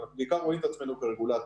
ואנחנו בעיקר רואים את עצמנו כרגולטור,